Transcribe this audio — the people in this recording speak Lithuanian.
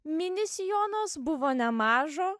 mini sijonas buvo nemažo